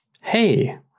hey